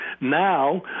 now